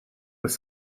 was